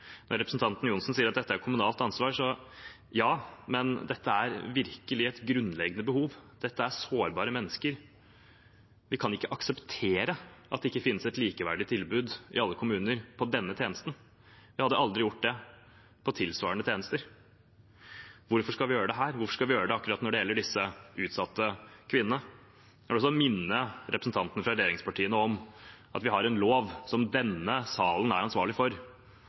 Representanten Ørmen Johnsen sier at dette er et kommunalt ansvar. Ja, men dette er virkelig et grunnleggende behov. Dette er sårbare mennesker. Vi kan ikke akseptere at det ikke finnes et likeverdig tilbud av denne tjenesten i alle kommuner. Vi hadde aldri gjort det med tilsvarende tjenester. Hvorfor skal vi gjøre det her? Hvorfor skal vi gjøre det akkurat når det gjelder disse utsatte kvinnene? Jeg vil minne representantene fra regjeringspartiene om at vi har en lov som denne salen er ansvarlig for.